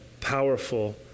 powerful